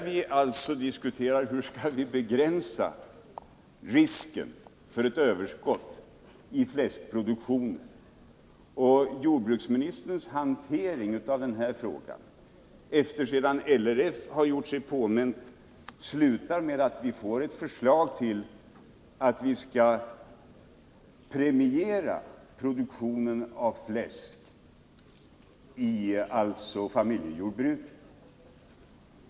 Vi diskuterar hur vi skall begränsa risken för ett överskott i fläskproduktionen. Sedan LRF gjort sig påmint har det hela slutat med att vi fått ett förslag att premiera produktionen av fläsk i familjejordbruket.